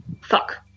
Fuck